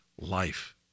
life